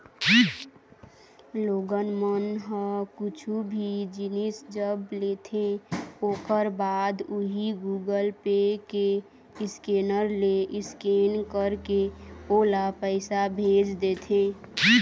लोगन मन ह कुछु भी जिनिस जब लेथे ओखर बाद उही गुगल पे के स्केनर ले स्केन करके ओला पइसा भेज देथे